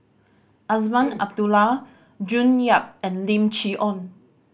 Azman Abdullah June Yap and Lim Chee Onn